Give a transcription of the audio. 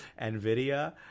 NVIDIA